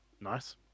Nice